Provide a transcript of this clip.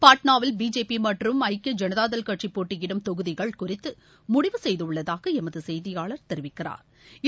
பாட்னாவில் பிஜேபி மற்றும் ஐக்கிய ஜனதா தள் கட்சி போட்டியிடும் தொகுதிக ள் குறித்து முடிவு செய்துள்ளதாக எமது செய்தியாளா் தெரிவிக்கிறாா்